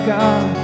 God